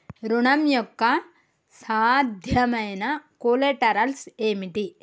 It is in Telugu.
ఋణం యొక్క సాధ్యమైన కొలేటరల్స్ ఏమిటి?